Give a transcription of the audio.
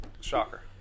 Shocker